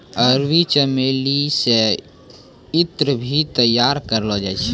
अरबी चमेली से ईत्र भी तैयार करलो जाय छै